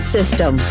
System